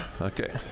Okay